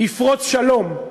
יפרוץ שלום.